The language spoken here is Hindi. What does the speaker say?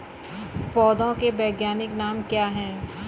पौधों के वैज्ञानिक नाम क्या हैं?